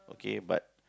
okay but